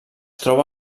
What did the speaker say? troba